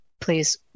please